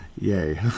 Yay